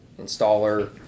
installer